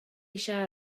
eisiau